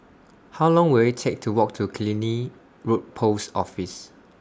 How Long Will IT Take to Walk to Killiney Road Post Office